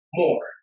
more